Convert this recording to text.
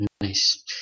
Nice